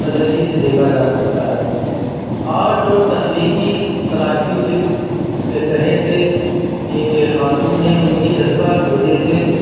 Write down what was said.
نظریے سے دیکھا جا سکتا ہے آرٹ اور تخلیقی صلاحیت کے تحت ایک خاتون ہیں ان کے جذبہ کی وجہ سے